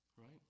right